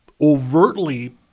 overtly